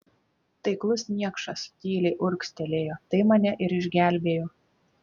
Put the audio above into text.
taiklus niekšas tyliai urgztelėjo tai mane ir išgelbėjo